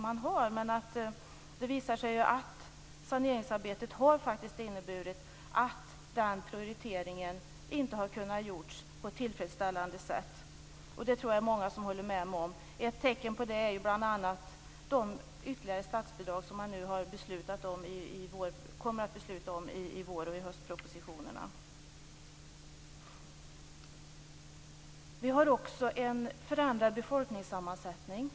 Men det har visat sig att saneringsarbetet har inneburit att den prioriteringen inte har kunnat göras på ett tillfredsställande sätt. Jag tror att många håller med mig om detta. Ett tecken på det är bl.a. de ytterligare statsbidrag som man kommer att besluta om i vår och höstpropositionerna. Vi har en förändrad befolkningssammansättning.